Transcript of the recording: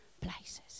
places